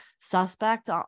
suspect